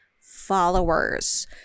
followers